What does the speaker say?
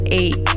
eight